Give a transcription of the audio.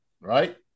right